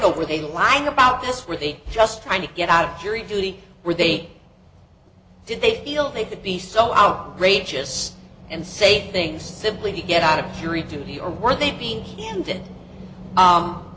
know were they lying about this were they just trying to get out of jury duty were they did they feel they could be so outrageous and say things simply to get out of curiosity or were they being